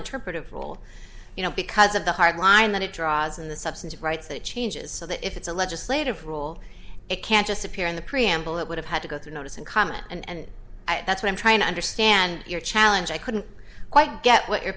interpretive role you know because of the hard line that it draws in the substantive rights that changes so that if it's a legislative role it can't just appear in the preamble it would have had to go through notice and comment and i that's why i'm trying to understand your challenge i couldn't quite get what your